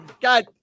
God